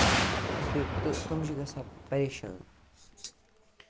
تہٕ تٔمۍ چھِ گژھان پَریشان